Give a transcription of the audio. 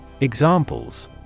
Examples